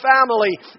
family